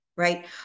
Right